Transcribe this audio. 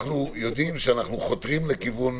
יודעים שאנו חותרים לכיוון